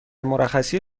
مرخصی